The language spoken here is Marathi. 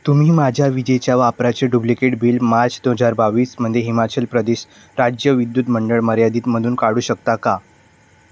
तुम्ही माझ्या विजेच्या वापराचे डुप्लिकेट बिल मार्च दोन हजार बावीसमध्ये हिमाचल प्रदेश राज्य विद्युत मंडळ मर्यादितमधून काढू शकता का